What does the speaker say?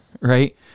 right